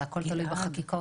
זה הכל תלוי בחקיקות,